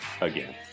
again